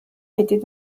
était